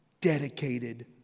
dedicated